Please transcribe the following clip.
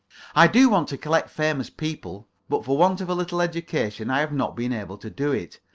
i do want to collect famous people, but for want of a little education i have not been able to do it.